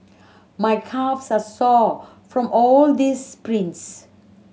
my calves are sore from all the sprints